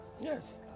Yes